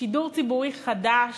שידור ציבורי חדש,